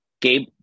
Gabe